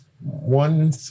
One